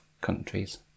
countries